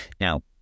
Now